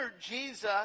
Jesus